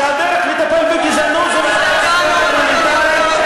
שהדרך לטפל בגזענות זה ועדת חקירה פרלמנטרית?